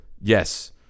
Yes